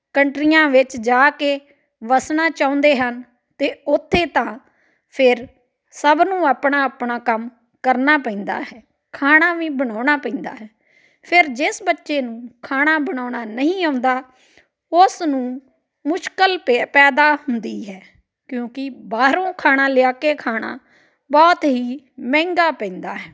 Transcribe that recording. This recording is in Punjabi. ਕੰਟਰੀਆਂ ਵਿੱਚ ਜਾ ਕੇ ਵਸਣਾ ਚਾਹੁੰਦੇ ਹਨ ਅਤੇ ਉੱਥੇ ਤਾਂ ਫਿਰ ਸਭ ਨੂੰ ਆਪਣਾ ਆਪਣਾ ਕੰਮ ਕਰਨਾ ਪੈਂਦਾ ਹੈ ਖਾਣਾ ਵੀ ਬਣਾਉਣਾ ਪੈਂਦਾ ਹੈ ਫਿਰ ਜਿਸ ਬੱਚੇ ਨੂੰ ਖਾਣਾ ਬਣਾਉਣਾ ਨਹੀਂ ਆਉਂਦਾ ਉਸ ਨੂੰ ਮੁਸ਼ਕਲ ਪ ਪੈਦਾ ਹੁੰਦੀ ਹੈ ਕਿਉਂਕਿ ਬਾਹਰੋਂ ਖਾਣਾ ਲਿਆ ਕੇ ਖਾਣਾ ਬਹੁਤ ਹੀ ਮਹਿੰਗਾ ਪੈਂਦਾ ਹੈ